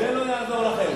זה לא יעזור לכם.